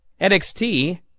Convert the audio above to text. NXT